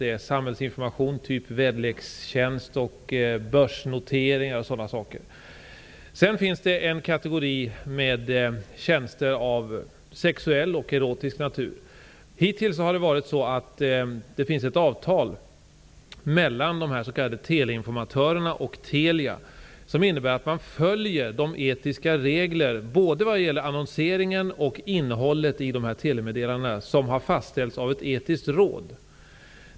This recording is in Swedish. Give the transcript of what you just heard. Det är samhällsinformation av typen väderlekstjänst, börsnoteringar och liknande. Sedan finns det en kategori med tjänster av sexuell och erotisk natur. Hittills har det varit så att det finns ett avtal mellan dessa s.k. teleinformatörer och Telia som innebär att man följer de etiska regler både vad gäller annonseringen och innehållet i dessa telemeddelanden som har fastställts av ett etiskt råd.